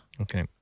Okay